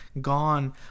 gone